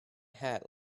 hat